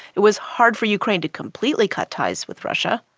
it was hard for ukraine to completely cut ties with russia.